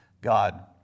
God